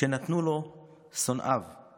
שנתנו לו שונאיו /